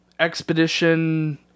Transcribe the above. expedition